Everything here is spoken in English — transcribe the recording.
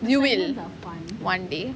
knew it one day